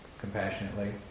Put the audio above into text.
Compassionately